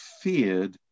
feared